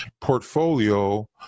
portfolio